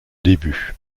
début